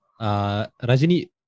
Rajini